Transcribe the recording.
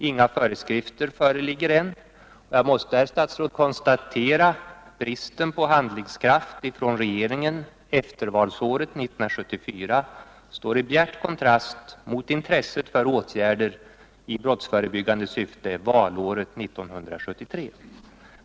Inga föreskrifter föreligger än, och jag måste, herr statsråd, konstatera att bristen på handlingskraft hos regeringen eftervalsåret 1974 står i bjärt kontrast mot intresset för åtgärder i brottsförebyggande syfte valåret 1973.